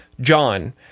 John